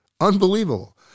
unbelievable